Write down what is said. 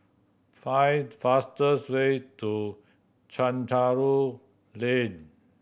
find the fastest way to Chencharu Lane